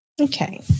Okay